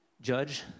judge